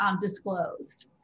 disclosed